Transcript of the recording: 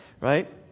right